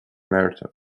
merton